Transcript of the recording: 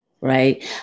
Right